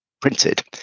printed